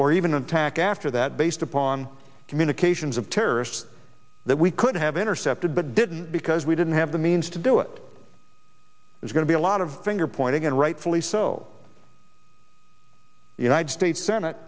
or even attack after that based upon communications of terrorists that we could have intercepted but didn't because we didn't have the means to do it was going to be a lot of finger pointing and rightfully so the united states